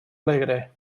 alegre